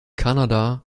kanada